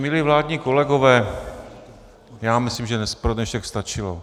Milí vládní kolegové, já myslím, že pro dnešek stačilo.